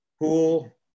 pool